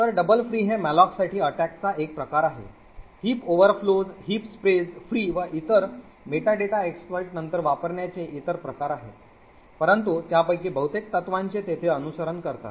तर double free हे malloc साठी attack चा एक प्रकार आहे heap overflows heap spray free व इतर metadata exploits नंतर वापरण्याचे इतर प्रकार आहेत परंतु त्यापैकी बहुतेक तत्त्वांचे तेथे अनुसरण करतात